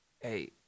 Hey